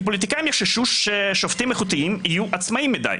כי פוליטיקאים יחששו ששופטים איכותיים יהיו עצמאיים מדי,